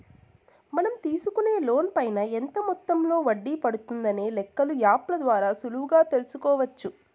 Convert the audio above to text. మనం తీసుకునే లోన్ పైన ఎంత మొత్తంలో వడ్డీ పడుతుందనే లెక్కలు యాప్ ల ద్వారా సులువుగా తెల్సుకోవచ్చు